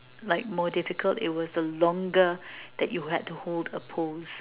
like more difficult it was the longer that you had to hold a pose